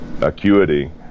acuity